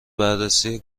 بررسی